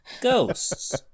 ghosts